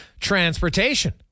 Transportation